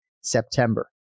September